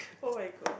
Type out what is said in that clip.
oh-my-god